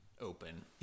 open